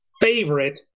favorite